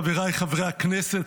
חבריי חברי הכנסת,